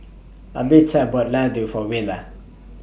Albertha bought Ladoo For Willia